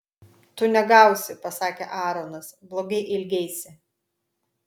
tu negausi pasakė aaronas blogai elgeisi